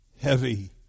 heavy